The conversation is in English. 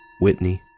Whitney